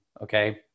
okay